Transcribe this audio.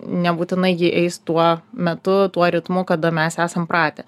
nebūtinai ji eis tuo metu tuo ritmu kada mes esam pratę